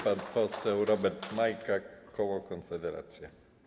Pan poseł Robert Majka, koło Konfederacja.